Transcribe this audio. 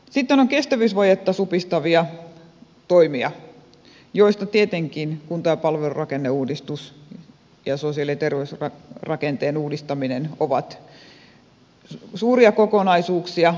sitten on kestävyysvajetta supistavia toimia joista tietenkin kunta ja palvelurakenneuudistus ja sosiaali ja terveysrakenteen uudistaminen ovat suuria kokonaisuuksia